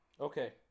Okay